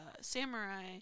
samurai